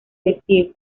vestir